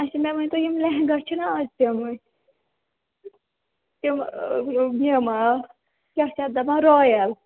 اچھا مےٚ ؤنۍ تَو یِم لہنگاہ چھِنہٕ اَز پیٚوان تِم یِم کیٛاہ چھِ اَتھ دپان رایَل